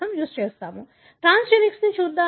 transgenics చూద్దాం